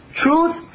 Truth